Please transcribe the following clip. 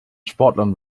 sportlern